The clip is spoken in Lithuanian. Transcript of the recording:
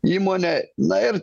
įmonę na ir